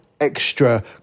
extra